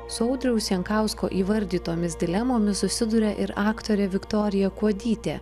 su audriaus jankausko įvardytomis dilemomis susiduria ir aktorė viktorija kuodytė